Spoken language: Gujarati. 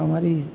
અમારી